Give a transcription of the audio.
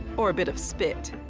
or a bit of spit,